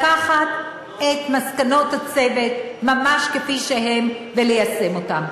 לקחת את מסקנות הצוות ממש כפי שהן וליישם אותן.